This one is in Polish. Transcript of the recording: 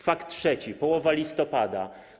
Fakt trzeci, połowa listopada.